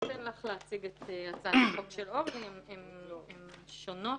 אפילו יש לי הצעות שאדם יוכל לא רק לשנות